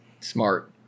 Smart